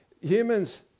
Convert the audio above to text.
Humans